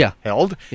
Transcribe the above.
held